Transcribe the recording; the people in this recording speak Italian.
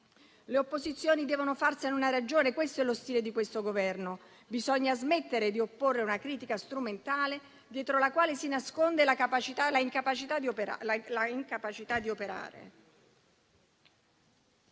Le opposizioni devono farsene una ragione. Questo è lo stile di questo Governo: bisogna smettere di opporre una critica strumentale dietro alla quale si nasconde l'incapacità di operare.